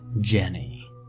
jenny